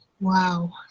Wow